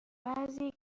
بعضی